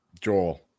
Joel